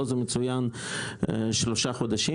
פה זה מצוין שלושה חודשים.